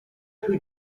who